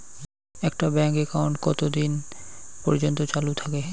একটা bank account কতদিন পর্যন্ত চালু থাকে?